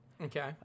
okay